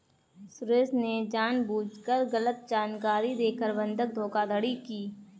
सुरेश ने जानबूझकर गलत जानकारी देकर बंधक धोखाधड़ी की